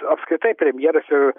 apskritai premjeras ir